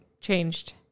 changed